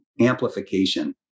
amplification